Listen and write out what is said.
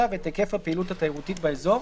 ואת היקף הפעילות התיירותית באזור,